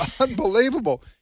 Unbelievable